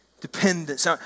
dependence